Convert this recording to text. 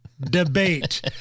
debate